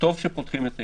טוב שפותחים את אילת.